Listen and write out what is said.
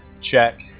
check